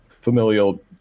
familial